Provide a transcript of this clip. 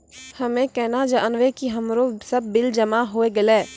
हम्मे केना जानबै कि हमरो सब बिल जमा होय गैलै?